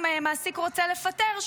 אם מעסיק רוצה לפטר,